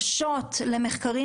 ממחקר בסיסי ועד מחקר